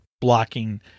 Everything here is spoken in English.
blocking